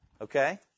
Okay